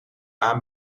aan